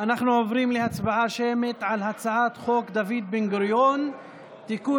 אנחנו עוברים להצבעה על הצעת חוק דוד בן-גוריון (תיקון,